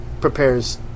prepares